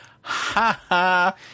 ha-ha